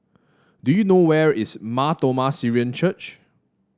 do you know where is Mar Thoma Syrian Church